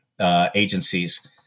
agencies